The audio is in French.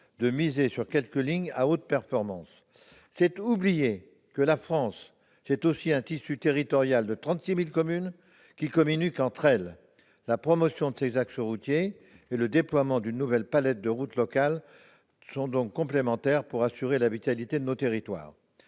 de miser sur quelques lignes à haute performance. Mais c'est oublier que la France, c'est aussi un tissu territorial de 36 000 communes qui communiquent entre elles. La promotion de ces axes routiers et le déploiement d'une nouvelle palette de routes locales sont donc complémentaires pour assurer la vitalité de nos territoires.